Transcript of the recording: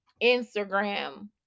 Instagram